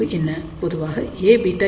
பொதுவாக Aβ1